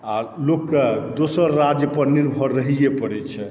आओर लोकके दोसर राज्यपर निर्भर रहैयै पड़ै छै